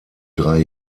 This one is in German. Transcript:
drei